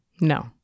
No